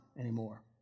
anymore